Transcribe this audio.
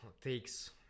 takes